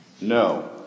No